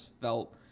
felt